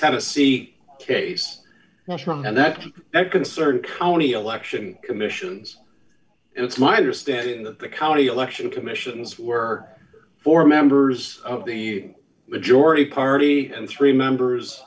tennessee case that's wrong and that's that concerted county election commissions it's my understanding that the county election commissions were for members of the majority party and three members